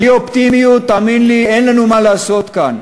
בלי אופטימיות, תאמין לי, אין לנו מה לעשות כאן.